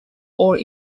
ore